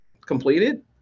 completed